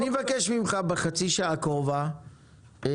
אני מבקש ממך בחצי השעה הקרובה לבחון,